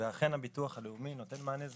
ואכן הביטוח הלאומי נותן מענה זהה.